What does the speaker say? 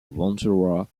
ventura